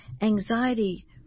anxiety